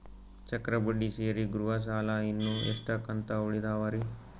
ಚಕ್ರ ಬಡ್ಡಿ ಸೇರಿ ಗೃಹ ಸಾಲ ಇನ್ನು ಎಷ್ಟ ಕಂತ ಉಳಿದಾವರಿ?